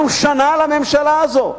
אנחנו שנה לממשלה הזו,